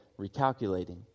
recalculating